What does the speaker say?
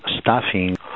staffing